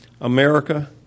America